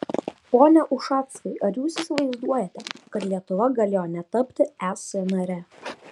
pone ušackai ar jūs įsivaizduojate kad lietuva galėjo netapti es nare